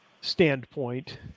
standpoint